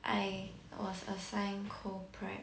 I was assigned co prep